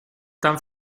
tan